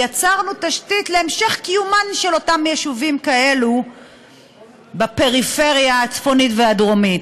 יצרנו תשתית להמשך קיומם של אותם יישובים בפריפריה הצפונית והדרומית.